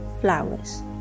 flowers